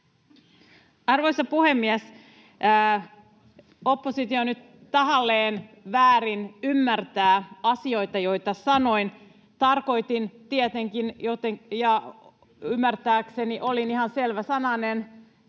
Arvoisa puhemies! Oppositio nyt tahalleen väärin ymmärtää asioita, joita sanoin. Tarkoitin tietenkin joten... [Vasemmalta: